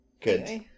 good